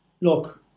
look